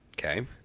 Okay